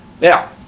Now